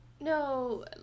no